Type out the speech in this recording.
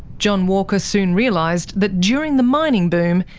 john walker soon realised that during the mining boom,